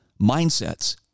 mindsets